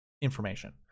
Information